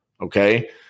Okay